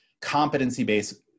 competency-based